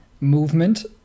movement